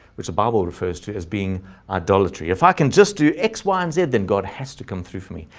which the bible refers to as being idolatry. if i can just do x, y, and z, then god has to come through for me,